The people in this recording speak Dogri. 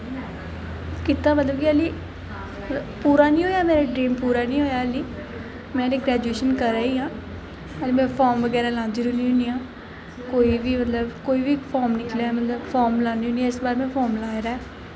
कीता मतलब कि हाली पूरा निं होया ड्रीम पूरा निं होया ऐ हाली में ते ग्रेजुएशन करा दी आं हून में फार्म बगैरा लांदी रौह्नी होनी आं कोई बी मतलब कोई बी फार्म निकले मतलब फार्म लान्नी होनी आं इस बार में फार्म लाए दा ऐ